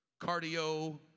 cardio